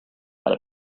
out